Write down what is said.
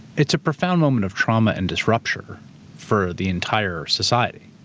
it's a profound moment of trauma and disruption for the entire society.